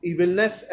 Evilness